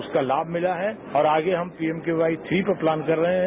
उसका लाभ मिला है और आगे हम पीएमकेवाई थ्री पर प्लान कर रहे हैं